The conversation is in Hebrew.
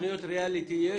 בתוכניות ריאליטי יש.